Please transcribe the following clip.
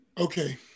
Okay